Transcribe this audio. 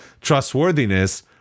trustworthiness